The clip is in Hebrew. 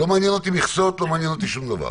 לא מעניין אותי מכסות, לא מעניין אותי שום דבר.